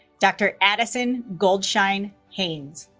dr. addison goldshine haynes